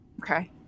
okay